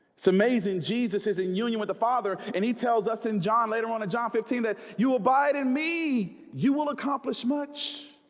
it's amazing jesus is in union with the father and he tells us in john later on a john fifteen that you abide in me you will accomplish much